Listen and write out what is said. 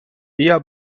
بیا